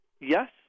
Yes